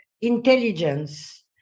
intelligence